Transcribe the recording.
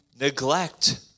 neglect